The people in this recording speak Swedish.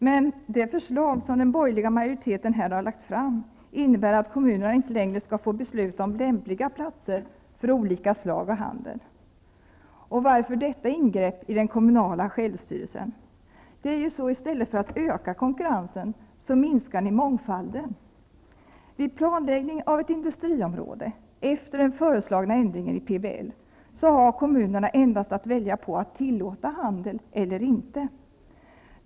Men det förslag som den borgerliga majoriteten här har lagt fram innnebär att kommunerna inte längre skall få besluta om lämpliga platser för olika slag av handel. Varför detta ingrepp i den kommunala självstyrelsen? I stället för att öka konkurrensen minskar ni mångfalden. Efter den föreslagna ändringen i PBL har kommunerna vid planläggning av ett industriområde endast att välja mellan att tillåta handel eller inte.